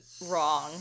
wrong